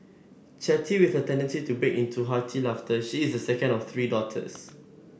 chatty with a tendency to break into hearty laughter she is the second of three daughters